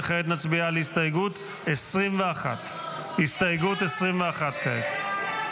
וכעת נצביע על הסתייגות 21. הסתייגות 21 כעת.